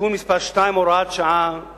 (תיקון מס' 2 והוראת שעה),